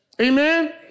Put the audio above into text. Amen